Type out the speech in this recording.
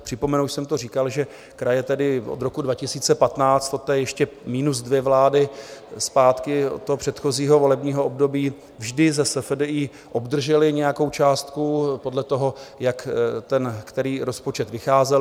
Připomenu, a už jsem to říkal, že kraje od roku 2015, poté ještě minus dvě vlády zpátky od toho předchozího volebního období, vždy ze SFDI obdržely nějakou částku podle toho, jak ten který rozpočet vycházel.